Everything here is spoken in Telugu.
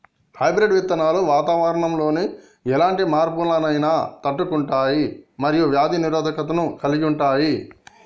హైబ్రిడ్ విత్తనాలు వాతావరణంలోని ఎలాంటి మార్పులనైనా తట్టుకుంటయ్ మరియు వ్యాధి నిరోధకతను కలిగుంటయ్